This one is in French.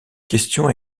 question